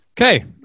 Okay